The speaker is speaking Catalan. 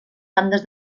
bandes